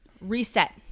reset